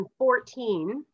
2014